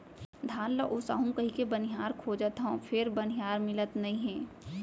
धान ल ओसाहू कहिके बनिहार खोजत हँव फेर बनिहार मिलत नइ हे